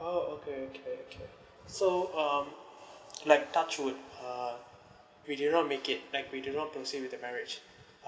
oh okay okay okay so um like touch wood uh we do not make it like we do not proceed with the marriage